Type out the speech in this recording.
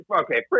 okay